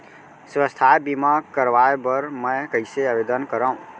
स्वास्थ्य बीमा करवाय बर मैं कइसे आवेदन करव?